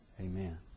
Amen